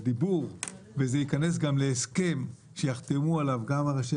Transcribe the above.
ובדיבור וזה ייכנס גם להסכם שיחתמו עליו ראשי